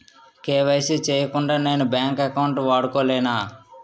KYC చేయకుండా నేను bank account వాడుకొలేన?